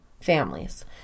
families